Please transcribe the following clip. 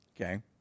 Okay